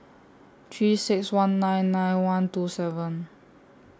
three six one nine nine one two seven